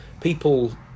people